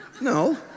No